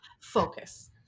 Focus